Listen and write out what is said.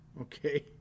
Okay